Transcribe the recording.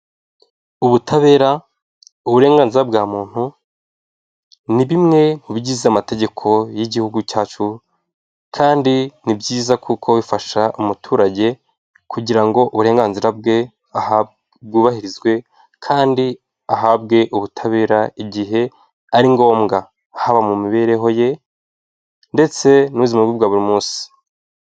Ubutabera, uburenganzira bwa muntu, ni bimwe mu bigize amategeko y'igihugu cyacu, kandi ni byiza kuko bifasha umuturage kugira ngo uburenganzira bwe bwubahirizwe kandi ahabwe ubutabera igihe ari ngombwa, haba mu mibereho ye ndetse n'ubuzima bwe bwa buri munsi.